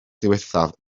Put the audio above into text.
ddiwethaf